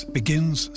begins